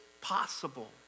possible